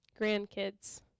Grandkids